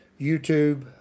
YouTube